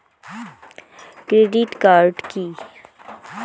Credit card key?